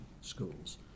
schools